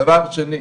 דבר שני,